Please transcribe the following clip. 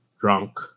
drunk